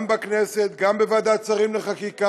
גם עם הכנסת, גם עם ועדת השרים לחקיקה.